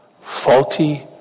faulty